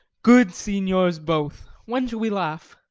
good signiors both, when shall we laugh?